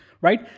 right